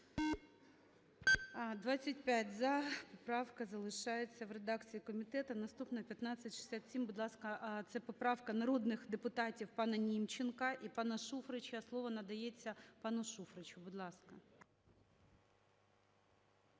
За-25 Правка залишається в редакції комітету. Наступна – 1567. Будь ласка, це поправка народних депутатів панаНімченка і пана Шуфрича. Слово надається пану Шуфричу. Будь ласка.